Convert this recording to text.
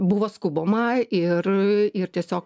buvo skubama ir ir tiesiog